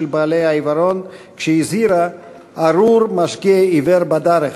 בעלי העיוורון כשהזהירה "ארור משגה עור בדרך".